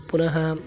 पुनः